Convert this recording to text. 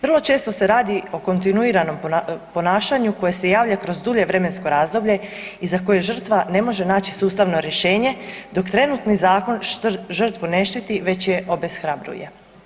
Vrlo često se radi o kontinuiranom ponašanju koje se javlja kroz dulje vremensko razdoblje i za koje žrtva ne može naći sustavno rješenje dok trenutni zakon, žrtvu ne štiti već je obeshrabruje.